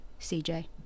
CJ